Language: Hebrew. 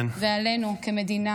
ועלינו כמדינה,